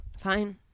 Fine